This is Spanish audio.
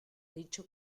dicho